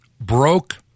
broke